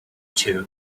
two